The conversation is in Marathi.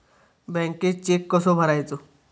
बँकेत चेक कसो भरायचो?